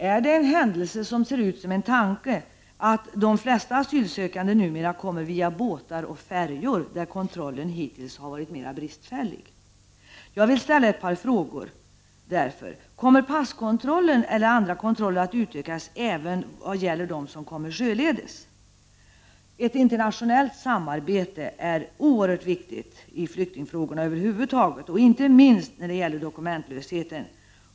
Är det en händelse som ser ut som en tanke att de flesta asylsökande numera kommer via båtar och färjor, där kontrollen hittills har varit mera bristfällig? Jag har ett par frågor att ställa till invandrarministern. Kommer passkontrollen och andra kontroller att utökas även för dem som kommer sjövägen? Ett internationellt samarbete är oerhört viktigt när det gäller flyktingfrågor över huvud taget och inte minst i vad gäller dokumentlösheten.